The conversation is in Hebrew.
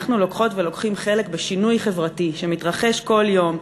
אנחנו לוקחות ולוקחים חלק בשינוי חברתי שמתרחש כל יום,